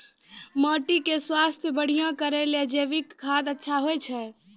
माटी के स्वास्थ्य बढ़िया करै ले जैविक खाद अच्छा होय छै?